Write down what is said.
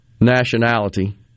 nationality